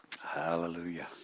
Hallelujah